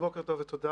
בוקר טוב ותודה.